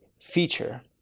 feature